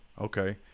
okay